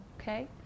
Okay